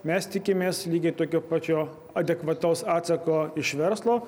mes tikimės lygiai tokio pačio adekvataus atsako iš verslo